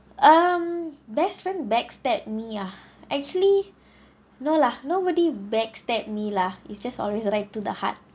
um best friend backstab me ah actually no lah nobody backstab me lah it's just always right to the heart